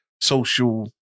social